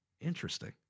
Interesting